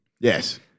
Yes